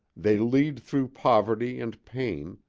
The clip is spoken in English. they lead through poverty and pain,